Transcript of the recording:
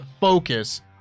focus